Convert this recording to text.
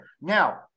Now